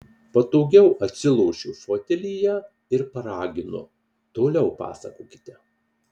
patogiau atsilošiu fotelyje ir paraginu toliau pasakokite